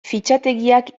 fitxategiak